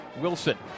Wilson